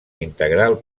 integral